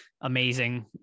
Amazing